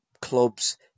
clubs